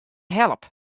help